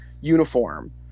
Uniform